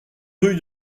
rue